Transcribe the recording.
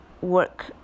work